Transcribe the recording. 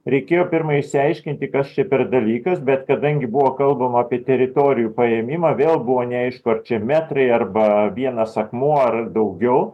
reikėjo pirma išsiaiškinti kas čia per dalykas bet kadangi buvo kalbama apie teritorijų paėmimą vėl buvo neaišku ar čia metrai arba vienas akmuo ar ar daugiau